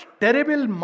terrible